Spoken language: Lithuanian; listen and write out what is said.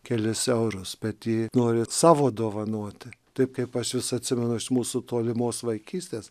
kelis eurus bet ji nori savo dovanoti taip kaip pas jus atsimenu iš mūsų tolimos vaikystės